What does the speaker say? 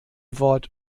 wort